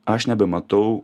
aš nebematau